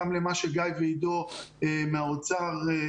גיא אטיאס ועידו מהאוצר.